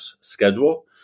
schedule